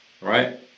Right